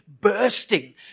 bursting